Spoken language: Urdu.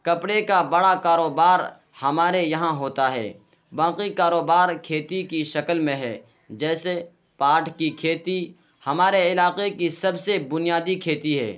کپڑے کا بڑا کاروبار ہمارے یہاں ہوتا ہے باقی کاروبار کھیتی کی شکل میں ہے جیسے پاٹ کی کھیتی ہمارے علاقے کی سب سے بینادی کھیتی ہے